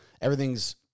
everything's